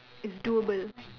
it's doable